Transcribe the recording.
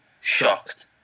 shocked